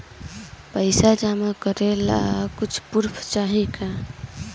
पैसा जमा करे ला कुछु पूर्फ चाहि का?